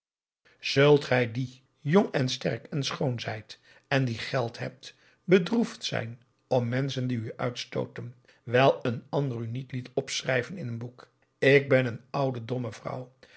zult gij die jong en sterk en schoon zijt en die geld hebt bedroefd zijn om menschen die u uitstooten wijl een ander u niet liet opschrijven in een boek ik ben een oude domme vrouw